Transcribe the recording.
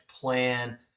plan